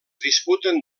disputen